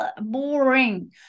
Boring